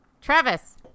Travis